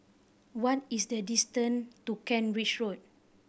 what is the distance to Kent Ridge Road